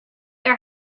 are